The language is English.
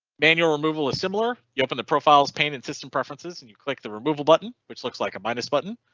manual removal of similar you open the profiles paint in system preferences and you click the removal button which looks like a minus button.